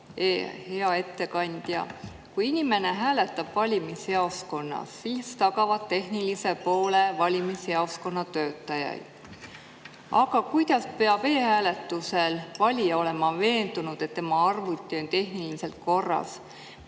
Hea ettekandja! Kui inimene hääletab valimisjaoskonnas, siis tagavad tehnilise poole valimisjaoskonna töötajad. Aga kuidas saab valija e‑hääletusel olla veendunud, et tema arvuti on tehniliselt korras?